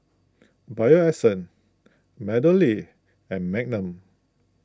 Bio Essence MeadowLea and Magnum